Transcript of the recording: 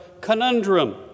conundrum